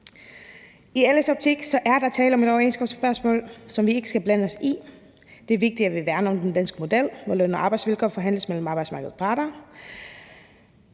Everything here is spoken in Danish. I LA's optik er der tale om et overenskomstspørgsmål, som vi ikke skal blande os i. Det er vigtigt, at vi værner om den danske model, hvor løn- og arbejdsvilkår forhandles mellem arbejdsmarkedets parter.